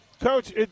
Coach